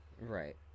Right